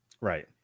Right